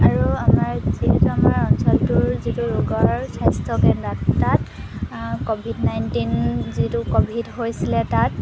আৰু আমাৰ যিহেতু আমাৰ অঞ্চলটোৰ যিটো ৰোগৰ স্বাস্থ্য কেন্দ্ৰ তাত ক'ভিড নাইণ্টিন যিটো ক'ভিড হৈছিলে তাত